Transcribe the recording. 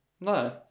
No